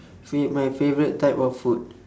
fav~ my favourite type of food